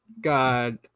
God